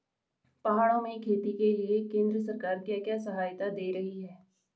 पहाड़ों में खेती के लिए केंद्र सरकार क्या क्या सहायता दें रही है?